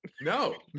no